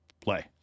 Play